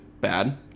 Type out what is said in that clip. bad